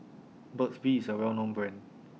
Burt's Bee IS A Well known Brand